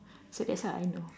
so that's why I know